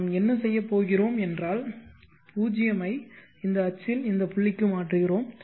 நாம் என்ன செய்ய போகிறோம் என்றால் 0 ஐ இந்த அச்சில் இந்த புள்ளிக்கு மாற்றுகிறோம்